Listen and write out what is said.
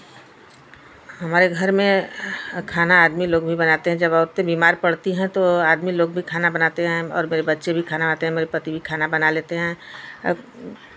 हमारे घर में खाना आदमी लोग भी बनाते हैं जब औरतें बीमार पड़ती है तो आदमी लोग भी खाना बनाते हैं और मेरे बच्चे भी खाना बनाते हैं मेरे पति भी खाना बना लेते हैं और